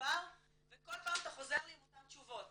בעבר וכל פעם אתה חוזר לי עם אותן תשובות